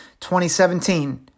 2017